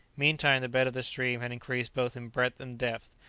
meantime the bed of the stream had increased both in breadth and depth,